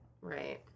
Right